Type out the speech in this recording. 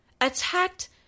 attacked